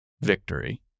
victory